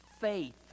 faith